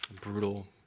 brutal